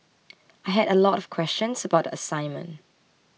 I had a lot of questions about the assignment